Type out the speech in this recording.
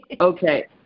Okay